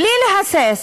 בלי להסס